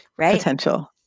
potential